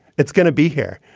it's going to be here.